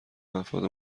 افراد